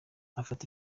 afata